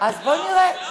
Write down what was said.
אז בואי נראה.